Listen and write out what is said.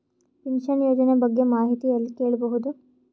Pension ಯೋಜನ ಬಗ್ಗೆ ಮಾಹಿತಿ ಎಲ್ಲ ಕೇಳಬಹುದು?